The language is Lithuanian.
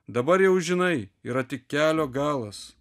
dabar jau žinai yra tik kelio galas